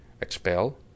expel